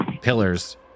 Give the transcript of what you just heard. pillars